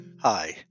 Hi